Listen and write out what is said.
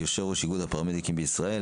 ילינק, יושב-ראש איגוד הפרמדיקים בישראל.